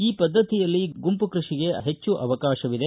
ಈ ಪದ್ದತಿಯಲ್ಲಿ ಗುಂಪು ಕ್ಟಷಿಗೆ ಹೆಚ್ಚು ಅವಕಾಶವಿದೆ